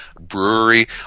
Brewery